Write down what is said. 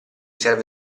serve